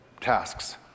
tasks